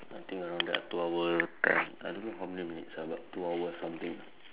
I think around there two hour ten I don't know how many minutes ah but two hour something